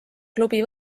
klubi